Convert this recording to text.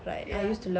ya